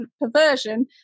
perversion